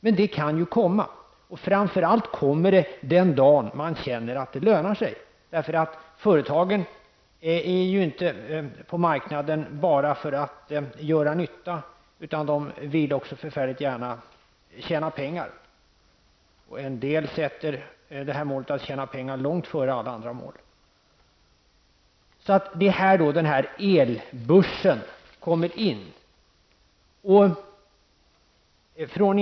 Men det kan ju komma, och det kommer framför allt den dagen när man känner att det lönar sig, eftersom företagen ju inte är på marknaden bara för att göra nytta, utan de vill också förfärligt gärna tjäna pengar. En del sätter det här målet att tjäna pengar långt före alla andra mål. Det är här elbörsen kommer in.